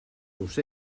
los